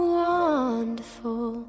wonderful